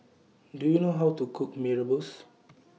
Do YOU know How to Cook Mee Rebus